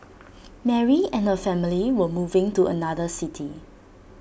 Mary and her family were moving to another city